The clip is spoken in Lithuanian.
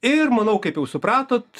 ir manau kaip jau supratot